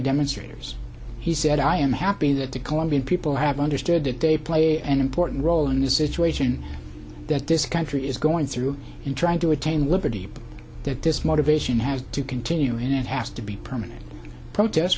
demonstrators he said i am happy that the colombian people i've understood that they play an important role in the situation that this country is going through in trying to attain liberty that this motivation has to continue and it has to be permanent protests